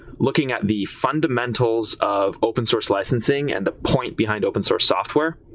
looking at the fundamentals of open source licensing and the point behind open source software,